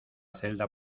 celda